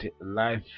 life